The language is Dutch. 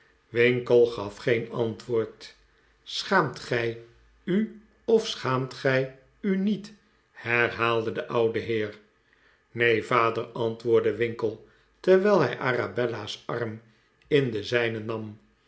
winkle gaf geen antwoord schaamt gij u of schaamt gij u riiet herhaalde de oude heer neen vader antwoordde winkle ter wijl hij arabella's arm in den zijnen nam